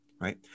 right